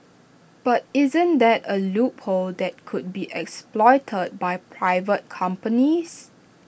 but isn't that A loophole that could be exploited by private companies